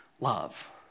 Love